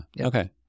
Okay